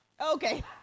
Okay